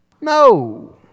No